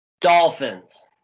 Dolphins